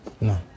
No